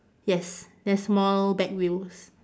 yes then small back wheels